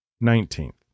Nineteenth